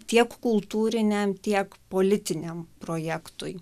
tiek kultūriniam tiek politiniam projektui